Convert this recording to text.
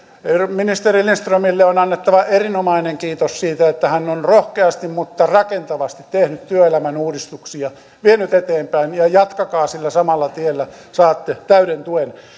ministeri lindströmille on annettava erinomainen kiitos siitä että hän on rohkeasti mutta rakentavasti tehnyt työelämän uudistuksia vienyt eteenpäin ja jatkakaa sillä samalla tiellä saatte täyden tuen